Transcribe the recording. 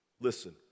Listen